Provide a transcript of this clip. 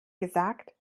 gesagt